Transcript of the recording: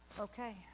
okay